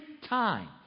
time